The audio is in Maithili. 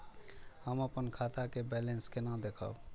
हम अपन खाता के बैलेंस केना देखब?